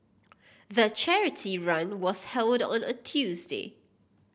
the charity run was held on a Tuesday